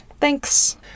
Thanks